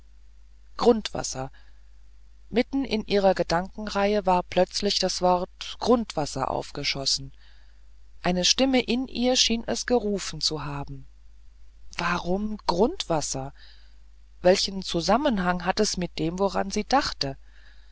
grundwasser mitten in ihrer gedankenreihe war plötzlich das wort grundwasser aufgeschossen eine stimme in ihr schien es gerufen zu haben warum grundwasser welchen zusammenhang hatte es mit dem woran sie dachte